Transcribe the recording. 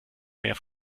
mehr